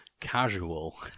casual